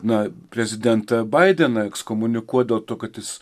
na prezidentą baideną ekskomunikuot dėl to kad jis